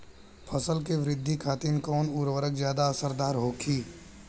फसल के वृद्धि खातिन कवन उर्वरक ज्यादा असरदार होखि?